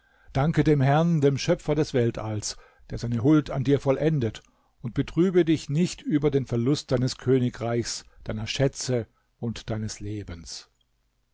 danke dem herrn dem schöpfer des weltalls der seine huld an dir vollendet und betrübe dich nicht über den verlust deines königreichs deiner schätze und deines lebens